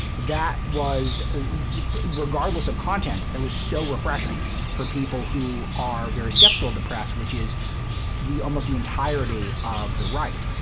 that was regardless of content, that was so refreshing for people who are very skeptical of the press, which is almost the entirety of the right.